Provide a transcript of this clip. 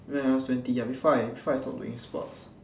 when I was twenty ya before I before I stopped doing sports